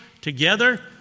together